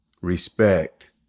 respect